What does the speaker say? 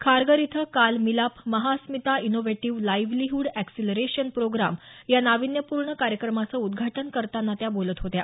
खारघर इथं काल Milap Mahaasmita innovative livelihood acceleration programme या नाविन्यपूर्ण कार्यक्रमाचं उद्घाटन करताना त्या बोलत होत्या